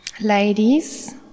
Ladies